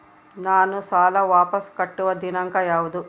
ನಾನು ಸಾಲ ವಾಪಸ್ ಕಟ್ಟುವ ದಿನಾಂಕ ಯಾವುದು?